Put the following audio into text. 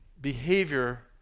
behavior